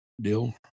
deal